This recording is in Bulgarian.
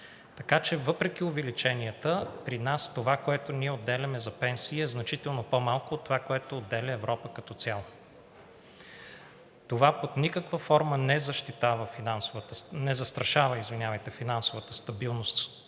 Така че въпреки увеличенията при нас, това което ние отделяме за пенсии е значително по-малко от това, което отделя Европа като цяло. Това под никаква форма не застрашава финансовата стабилност